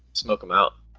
spoke about